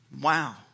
Wow